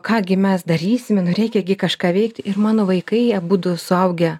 ką gi mes darysime nu reikia gi kažką veikti ir mano vaikai abudu suaugę